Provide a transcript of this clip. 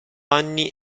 anni